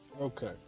Okay